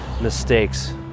mistakes